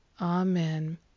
Amen